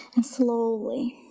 and slowly